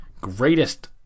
greatest